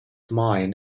mind